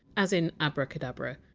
as in! abracadabra.